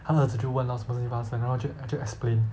她的儿子就问 lor 什么事情发生然后就她就 explain